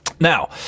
Now